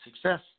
success